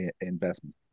investment